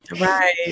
Right